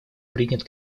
принят